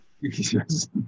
Yes